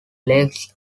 legs